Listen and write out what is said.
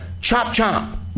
chop-chop